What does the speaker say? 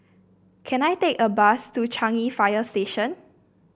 can I take a bus to Changi Fire Station